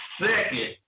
Second